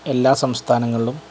എല്ലാ സംസ്ഥാനങ്ങളിലും